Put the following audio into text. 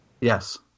Yes